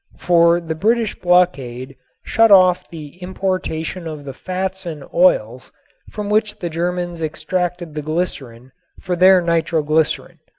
for the british blockade shut off the importation of the fats and oils from which the germans extracted the glycerin for their nitroglycerin.